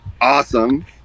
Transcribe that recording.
Awesome